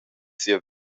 sia